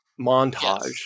montage